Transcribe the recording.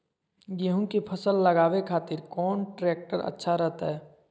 गेहूं के फसल लगावे खातिर कौन ट्रेक्टर अच्छा रहतय?